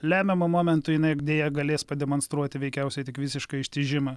lemiamu momentu jinai deja galės pademonstruoti veikiausiai tik visišką ištižimą